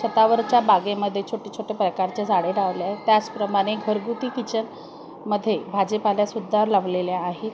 छतावरच्या बागेमध्ये छोटे छोटे प्रकारचे झाडे लावले आहे त्याचप्रमाणे घरगुती किचन मध्ये भाजीपालासुद्धा लावलेला आहेत